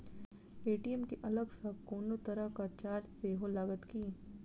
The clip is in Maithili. ए.टी.एम केँ अलग सँ कोनो तरहक चार्ज सेहो लागत की?